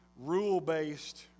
rule-based